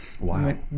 wow